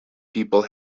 people